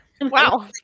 Wow